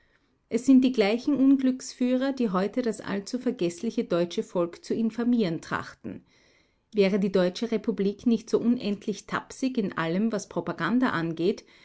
es sind die gleichen unglücksführer die heute das allzu vergeßliche deutsche volk zu infamieren trachten wäre die deutsche republik nicht so unendlich tapsig in allem was propaganda angeht